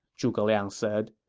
zhuge liang said.